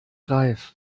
reif